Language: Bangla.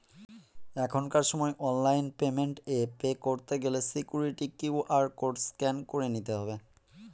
এখনকার সময় অনলাইন পেমেন্ট এ পে করতে গেলে সিকুইরিটি কিউ.আর কোড স্ক্যান করে নিতে হবে